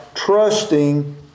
Trusting